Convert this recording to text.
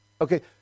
Okay